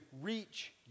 reach